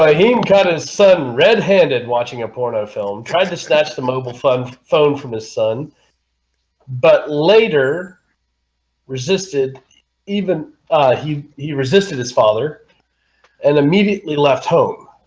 i mean kind of sudden red-handed watching a porno film tried to snatch the mobile phone phone from his son but later resisted even he he resisted his father and immediately left home